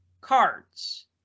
cards